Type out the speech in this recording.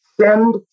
Send